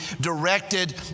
directed